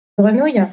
Grenouille